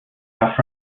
off